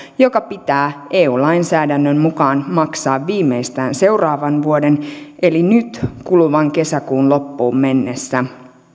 joka pitää eu lainsäädännön mukaan maksaa viimeistään seuraavan eli nyt kuluvan vuoden kesäkuun loppuun mennessä